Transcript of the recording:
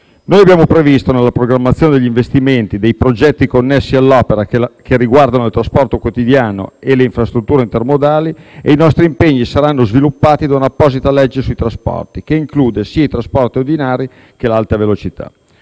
Noi abbiamo previsto, nella programmazione degli investimenti, dei progetti connessi all'opera che riguardano il trasporto quotidiano e le infrastrutture intermodali. I nostri impegni saranno sviluppati da una apposita legge sui trasporti, che include sia i trasporti ordinari che l'Alta velocità",